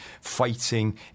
fighting